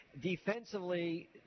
defensively